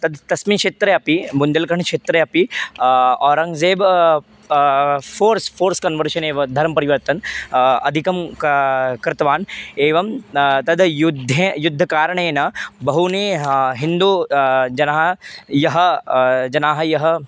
तद् तस्मिन् क्षेत्रे अपि बुन्दल्कण्ड् क्षेत्रे अपि ओरङ्गज़ेब् फो़र्स् फो़र्स् कन्वर्शन् एव धर्मपरिवर्तनम् अधिकं क कृतवान् एवं तद् युद्धे युद्धकारणेन बहूनि हा हिन्दू जनाः यः जनाः यः